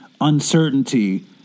uncertainty